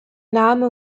name